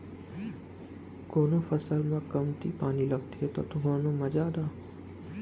कोनो फसल म कमती पानी लगथे त कोनो म जादा